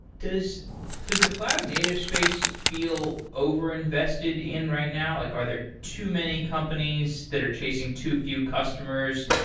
does does the cloud native space feel over invested in right now? like are there too many companies that are chasing too few customers,